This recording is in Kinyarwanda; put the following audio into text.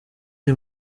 ari